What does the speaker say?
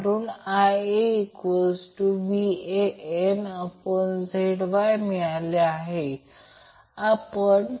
तर आता Van आणि Vbc दरम्यान अँगल 90° आहे आणि सर्व कोन चिन्हांकित आहेत